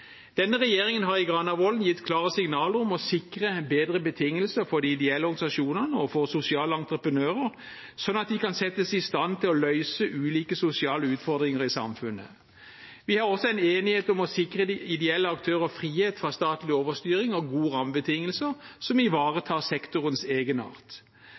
Denne regjeringen har i Granavolden-plattformen gitt klare signaler om å sikre bedre betingelser for de ideelle organisasjonene og for sosiale entreprenører, slik at de kan settes i stand til å løse ulike sosiale utfordringer i samfunnet. Vi har også en enighet om å sikre ideelle aktører frihet fra statlig overstyring, og gode rammebetingelser som